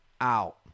out